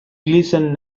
gleason